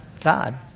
God